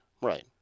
Right